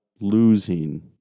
losing